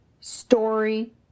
story